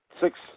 six